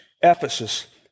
Ephesus